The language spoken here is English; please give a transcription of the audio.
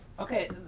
okay?